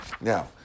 Now